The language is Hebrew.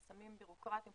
חסמים בירוקרטיים,